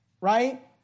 right